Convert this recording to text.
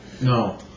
No